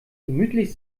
gemütlich